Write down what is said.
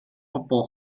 bobl